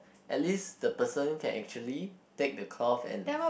at least the person can actually take the cloth and